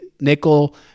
nickel